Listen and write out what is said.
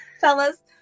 Fellas